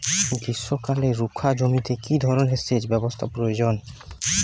গ্রীষ্মকালে রুখা জমিতে কি ধরনের সেচ ব্যবস্থা প্রয়োজন?